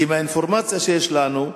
כי מהאינפורמציה שיש לנו,